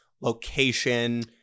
location